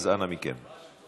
יש גם הצבעה, אז אנא מכם.